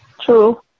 True